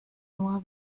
nur